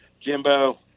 Jimbo